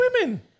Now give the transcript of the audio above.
women